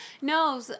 No